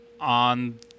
on